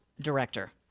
Director